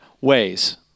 ways